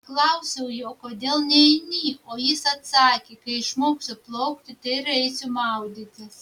klausiau jo kodėl neini o jis atsakė kai išmoksiu plaukti tai ir eisiu maudytis